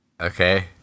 Okay